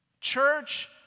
Church